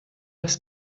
das